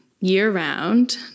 year-round